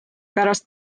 pärast